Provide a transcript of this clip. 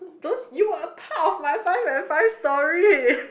though you are part of my five and five story